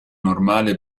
normale